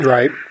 Right